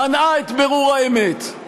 מנעה את בירור האמת,